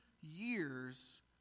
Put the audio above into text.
years